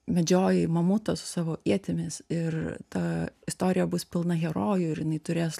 medžioji mamutą su savo ietimis ir ta istorija bus pilna herojų ir jinai turės